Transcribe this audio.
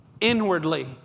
inwardly